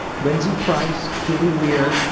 lindsey price, keely weir,